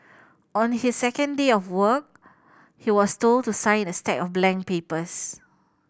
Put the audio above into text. on his second day of work he was told to sign a stack of blank papers